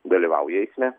dalyvauja eisme